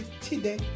today